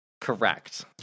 Correct